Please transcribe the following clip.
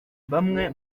bamwe